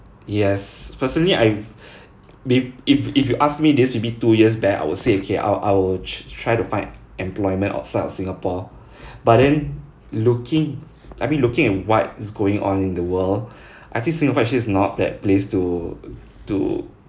yes personally I be if if you ask me this maybe two years back I would say okay I'll I'll try try to find employment outside of singapore but then looking I mean looking at what is going on in the world I think singapore actually is not that place to to